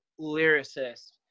lyricist